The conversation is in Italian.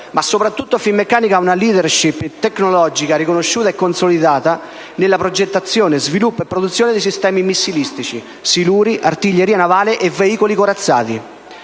Ma soprattutto, Finmeccanica ha una *leadership* tecnologica riconosciuta e consolidata in progettazione, sviluppo e produzione di sistemi missilistici, siluri, artiglieria navale e veicoli corazzati.